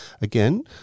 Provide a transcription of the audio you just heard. again